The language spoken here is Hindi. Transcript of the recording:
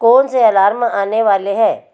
कौन से अलार्म आने वाले हैं